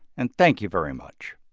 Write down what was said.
and thank you very much